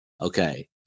Okay